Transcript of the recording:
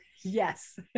Yes